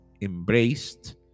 embraced